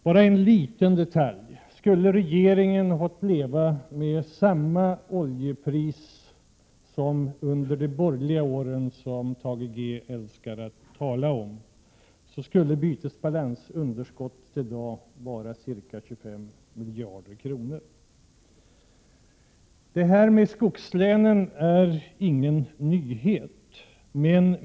Bara en liten detalj: Skulle regeringen ha fått leva med samma oljepris som under de borgerliga åren, som Thage G Peterson älskar att tala om, skulle bytesbalansunderskottet i dag vara ca 25 miljarder kronor. Det här med skogslänen är ingen nyhet.